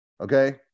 okay